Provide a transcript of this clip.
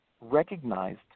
recognized